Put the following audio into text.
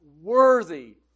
worthy